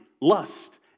lust